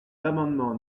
amendements